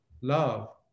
love